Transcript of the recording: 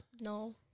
no